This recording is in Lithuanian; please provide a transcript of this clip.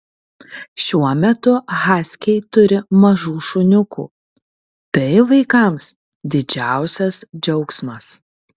šiuo metu haskiai turi mažų šuniukų tai vaikams didžiausias džiaugsmas